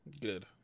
good